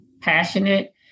passionate